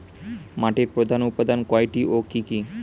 মাটির প্রধান উপাদান কয়টি ও কি কি?